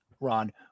Ron